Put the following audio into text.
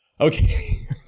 Okay